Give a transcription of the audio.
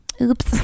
Oops